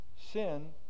sin